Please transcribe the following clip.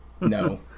No